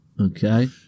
Okay